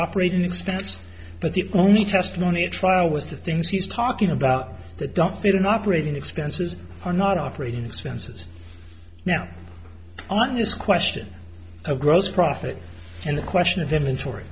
operating expense but the only testimony a trial with the things he's talking about that don't fit in operating expenses are not operating expenses now on this question of gross profit and the question of them in tor